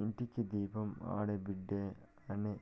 ఇంటికి దీపం ఆడబిడ్డేననే